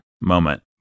moment